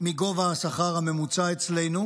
מגובה השכר הממוצע אצלנו,